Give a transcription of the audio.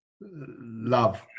Love